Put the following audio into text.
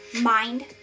Mind